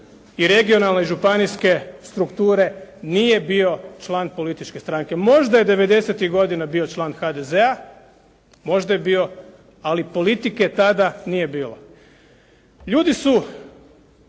i regionalne i županijske strukture nije bio član političke stranke. Možda je '90.-ih godina bio član HDZ-a, možda je bio, ali politike tada nije bilo. Ljudi su